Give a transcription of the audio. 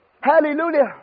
Hallelujah